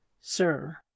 sir